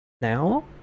now